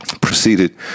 proceeded